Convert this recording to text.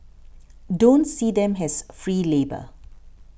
don't see them as free labour